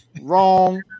Wrong